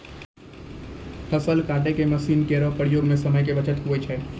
फसल काटै के मसीन केरो प्रयोग सें समय के बचत होय छै